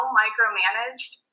micromanaged